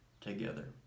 together